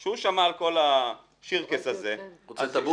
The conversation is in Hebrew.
כשהוא שמע על כל השירקעס הזה --- הוא רוצה את הבורסה?